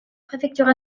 préfecture